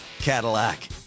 Cadillac